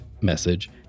message